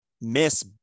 miss